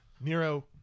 Nero